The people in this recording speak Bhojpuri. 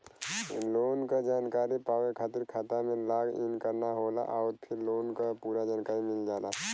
लोन क जानकारी पावे खातिर खाता में लॉग इन करना होला आउर फिर लोन क पूरा जानकारी मिल जाला